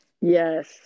Yes